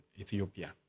Ethiopia